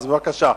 אז, בבקשה,